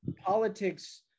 politics